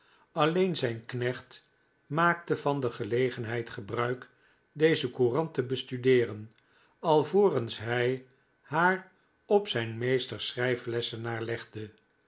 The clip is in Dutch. alleen zijn knecht maakte van de gelegenheid gebruik deze courant te bestudeeren alvorcns hij haar op zijn meesters schrijflessenaar legde